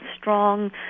strong